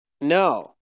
No